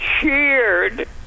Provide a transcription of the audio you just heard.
cheered